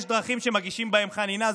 יש דרכים שמגישים בהן חנינה.